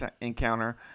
encounter